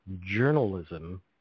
journalism